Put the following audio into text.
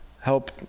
help